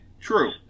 True